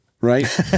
right